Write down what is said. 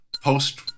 post